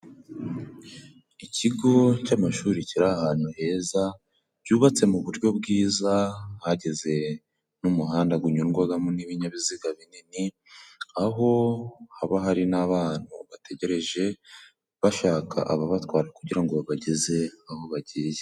Ikigo cy'amashuri kiri ahantu heza cyubatse mu buryo bwiza, hageze n'umuhanda gunyurwagamo n'ibinyabiziga binini, aho haba hari n'abantu bategereje bashaka ababatwara kugira ngo babageze aho bagiye.